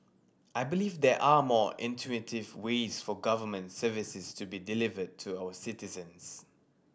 I believe there are more intuitive ways for government services to be delivered to our citizens